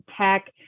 tech